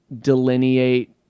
delineate